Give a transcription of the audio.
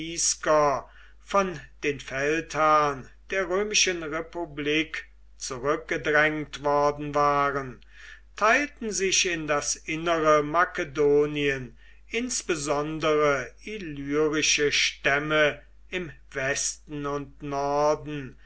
von den feldherren der römischen republik zurückgedrängt worden waren teilten sich in das innere makedonien insbesondere illyrische stämme im westen und norden